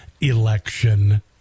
election